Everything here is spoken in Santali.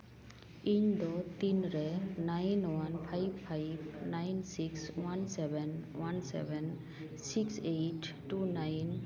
ᱤᱧ ᱫᱚ ᱛᱤᱱ ᱨᱮ nine one five five nine six one seven one seven six eight two nine